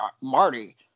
Marty